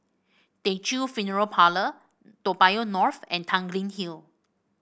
Teochew Funeral Parlour Toa Payoh North and Tanglin Hill